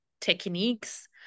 techniques